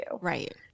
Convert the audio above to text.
Right